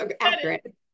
accurate